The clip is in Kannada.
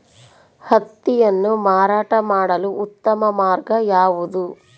ಹತ್ತಿಯನ್ನು ಮಾರಾಟ ಮಾಡಲು ಉತ್ತಮ ಮಾರ್ಗ ಯಾವುದು?